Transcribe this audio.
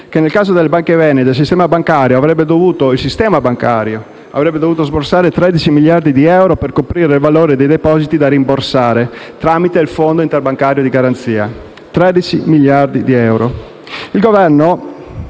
bancario - lo sottolineo: il sistema bancario - avrebbe dovuto sborsare 13 miliardi di euro per coprire il valore dei depositi da rimborsare tramite il Fondo interbancario di garanzia: ben 13 miliardi di euro. Il Governo